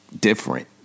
different